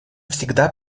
всегда